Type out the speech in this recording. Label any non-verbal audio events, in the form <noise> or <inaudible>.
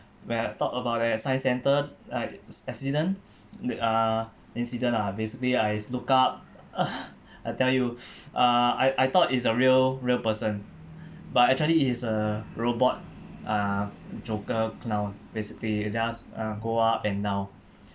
when I talk about that science centre uh accident <breath> the uh incident lah basically I s~ look up ah I tell you <breath> uh I I thought it's a real real person but actually it's a robot uh joker now basically it just uh go up and down